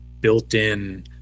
built-in